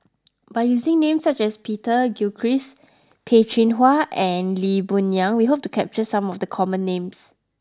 by using names such as Peter Gilchrist Peh Chin Hua and Lee Boon Yang we hope to capture some of the common names